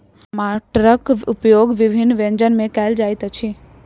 टमाटरक उपयोग विभिन्न व्यंजन मे कयल जाइत अछि